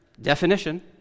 definition